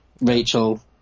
Rachel